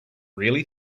really